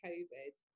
Covid